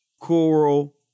Choral